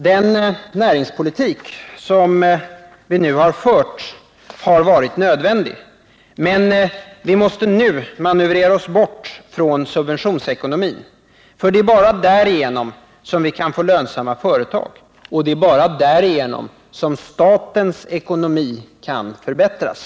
Den näringspolitik vi har fört har varit nödvändig, men vi måste nu manövrera oss bort från subventionsekonomin. Det är bara därigenom som vi kan få lönsamma företag, och det är bara därigenom som statens ekonomi kan förbättras.